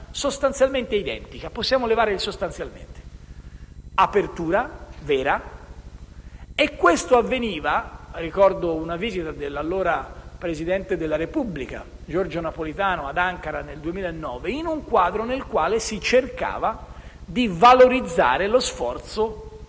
sostanzialmente identica (possiamo anche togliere l'avverbio sostanzialmente): apertura vera. Ciò avveniva - ricordo una visita dell'allora presidente della Repubblica Giorgio Napolitano ad Ankara nel 2009 - in un quadro in cui si cercava di valorizzare lo sforzo